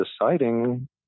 deciding